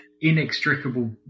inextricable